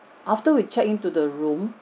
after we checked into the room